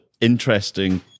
interesting